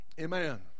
Amen